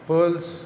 Pearls